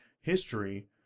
history